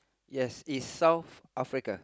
yes it's South Africa